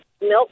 Milk